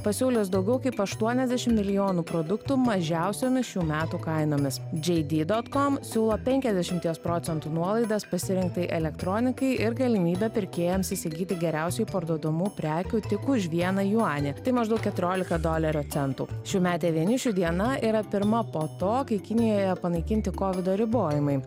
pasiūlys daugiau kaip aštuoniasdešimt milijonų produktų mažiausiomis šių metų kainomis jd dot kom siūlo penkiasdešimties procentų nuolaidas pasirinktai elektronikai ir galimybę pirkėjams įsigyti geriausiai parduodamų prekių tik už vieną juanį tai maždaug keturiolika dolerio centų šiųmetė vienišių diena yra pirma po to kai kinijoje panaikinti kovido ribojimai